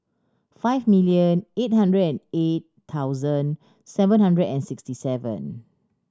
five million eight hundred and eight thousand seven hundred and sixty seven